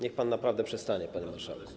Niech pan naprawdę przestanie, panie marszałku.